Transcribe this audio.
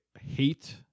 hate